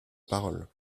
parole